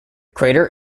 crater